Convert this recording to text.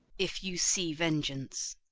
if you see vengeance